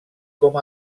com